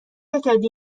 نکردی